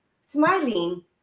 smiling